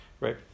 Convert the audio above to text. right